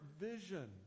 vision